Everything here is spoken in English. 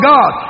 God